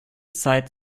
zeit